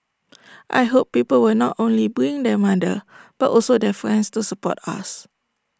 I hope people will not only bring their mother but also their friends to support us